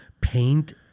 Paint